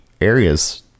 areas